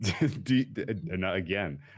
Again